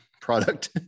product